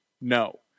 no